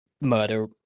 murder